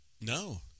No